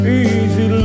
easy